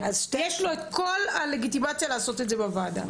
יש לו את כל הלגיטימציה לעשות את זה בוועדה.